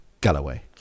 Galloway